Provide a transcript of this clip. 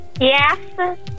Yes